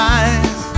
eyes